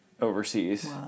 overseas